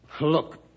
Look